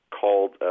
called